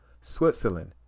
Switzerland